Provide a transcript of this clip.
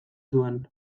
zuen